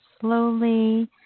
slowly